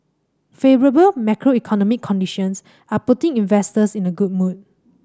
favourable macroeconomic conditions are putting investors in a good mood